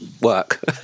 work